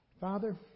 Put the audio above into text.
Father